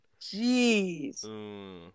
Jeez